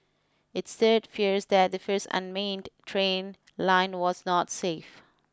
it stirred fears that the first unmanned train line was not safe